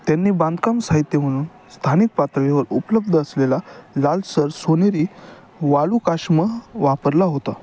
त्यांनी बांधकाम साहित्य म्हणून स्थानिक पातळीवर उपलब्ध असलेला लालसर सोनेरी वालुकाष्म वापरला होता